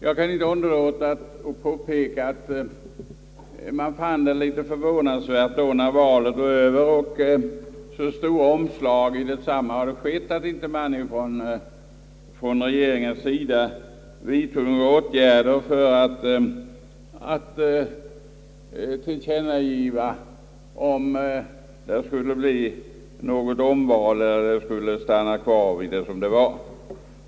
Jag kan inte underlåta att påpeka att man fann det litet förvånansvärt, när valet var över och så stora omslag hade skett, att inte regeringen vidtog några åtgärder för att klargöra om det skulle bli nyval eller om man skulle stanna vid det som var.